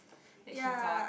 that she got